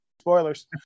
spoilers